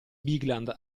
bigland